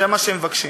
זה מה שהם מבקשים.